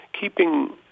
keeping